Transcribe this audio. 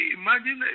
imagine